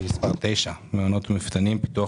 תוכנית מספר 9 מעונות ומפתנים פיתוח